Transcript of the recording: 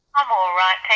i'm all right,